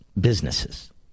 Businesses